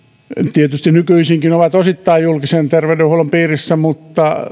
tietysti he nykyisinkin ovat osittain julkisen terveydenhuollon piirissä mutta